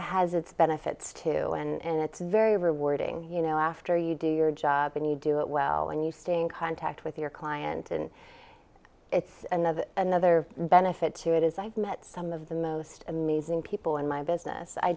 has it's benefits too and it's very rewarding you know after you do your job and you do it well and you stink eye contact with your client and it's another another benefit to it is i've met some of the most amazing people in my business i